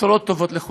בשורות טובות לכולם.